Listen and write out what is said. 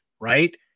right